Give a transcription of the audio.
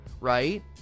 right